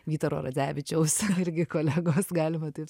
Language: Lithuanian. vytaro radzevičiaus irgi kolegos galima taip